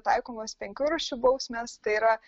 taikomos penkių rūšių bausmes tai yra